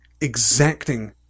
exacting